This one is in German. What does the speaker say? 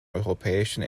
europäischen